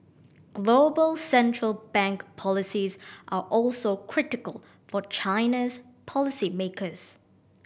global central bank policies are also critical for China's policy makers